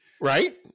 right